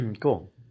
Cool